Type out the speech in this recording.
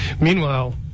meanwhile